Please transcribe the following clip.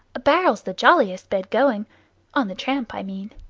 a barrel's the jolliest bed going on the tramp, i mean.